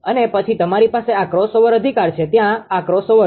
અને પછી તમારી પાસે આ ક્રોસઓવર અધિકાર છે ત્યાં આ ક્રોસઓવર છે